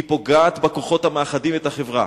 היא פוגעת בכוחות המאחדים את החברה,